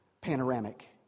panoramic